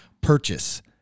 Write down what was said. purchase